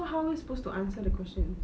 so how am I supposed to answer the questions